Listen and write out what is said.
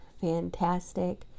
fantastic